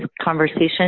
conversation